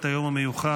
את היום המיוחד,